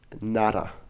nada